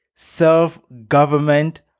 self-government